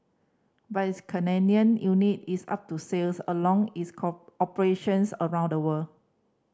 but its Canadian unit is up to sales along its co operations around the world